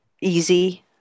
easy